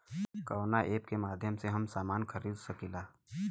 कवना ऐपके माध्यम से हम समान खरीद सकीला?